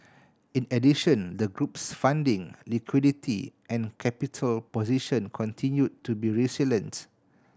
in addition the group's funding liquidity and capital position continue to be resilients